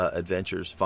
adventures